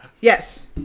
Yes